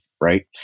right